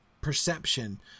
perception